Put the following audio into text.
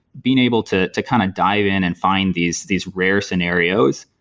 being able to to kind of dive in and find these these rare scenarios.